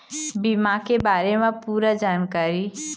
बीमा के बारे म पूरा जानकारी?